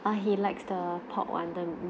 uh he likes the pork wonder